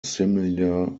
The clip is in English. similar